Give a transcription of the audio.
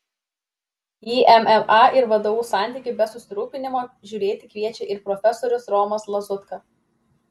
į mma ir vdu santykį be susirūpinimo žiūrėti kviečia ir profesorius romas lazutka